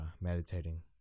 meditating